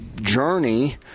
journey